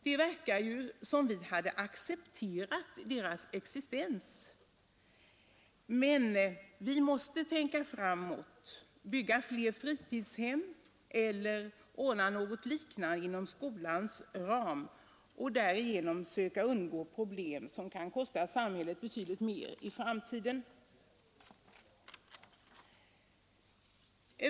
Det verkar ju som om vi hade accepterat deras existens. Men vi måste tänka framåt, bygga fler fritidshem eller ordna något liknande inom skolans ram och därigenom söka undgå problem som kan kosta samhället betydligt mer i framtiden.